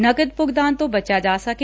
ਨਕਦ ਭੁਗਤਾਨ ਤੋਂ ਬਚਿਆ ਜਾ ਸਕੇ